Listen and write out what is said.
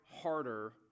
harder